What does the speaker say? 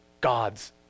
God's